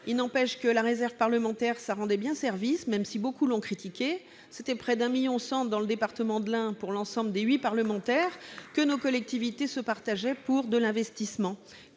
de constater que la réserve parlementaire rendait bien service, même si beaucoup l'ont critiquée. C'était une somme de près de 1,1 million d'euros dans le département de l'Ain, pour l'ensemble des huit parlementaires, que nos collectivités se partageaient pour de l'investissement.